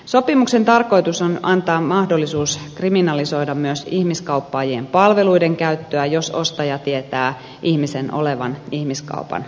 sopimuksen tarkoitus on antaa mahdollisuus kri minalisoida myös ihmiskauppaajien palveluiden käyttöä jos ostaja tietää ihmisen olevan ihmiskaupan uhri